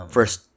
First